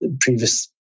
previous